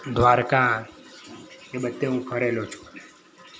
દ્વારકા એ બધે હું ફરેલો છું